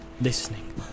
listening